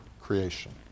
creation